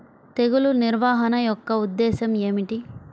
తెగులు నిర్వహణ యొక్క ఉద్దేశం ఏమిటి?